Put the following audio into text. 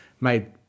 made